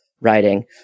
writing